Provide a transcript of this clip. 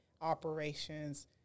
operations